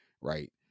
Right